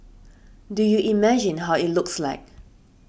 do you imagine how it looks like